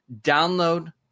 Download